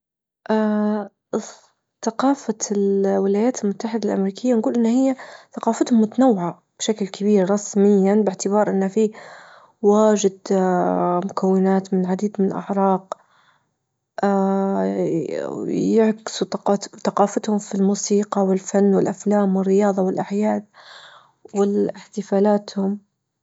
اه ثقافة الولايات المتحدة الأمريكية نجول أن هي ثقافتهم متنوعة بشكل كبير رسميا باعتبار أن في واجد مكونات من عديد من أعراق ويعكس تقت-ثقافتهم في الموسيقى والفن والأفلام والرياضة والأعياد والإحتفالاهم.